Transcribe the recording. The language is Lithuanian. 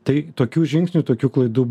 tai tokių žingsnių tokių klaidų